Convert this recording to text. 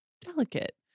delicate